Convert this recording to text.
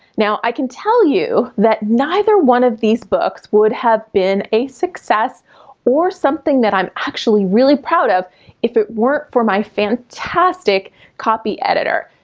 now, i can tell you that neither one of these books would have been a success or something that i'm actually really proud of if it weren't for my fantastic copy editor.